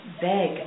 beg